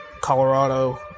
Colorado